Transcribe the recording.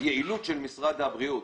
היעילות של משרד הבריאות